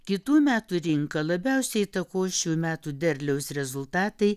kitų metų rinką labiausiai įtakos šių metų derliaus rezultatai